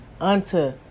unto